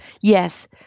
Yes